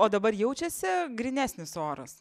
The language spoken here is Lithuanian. o dabar jaučiasi grynesnis oras